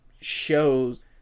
shows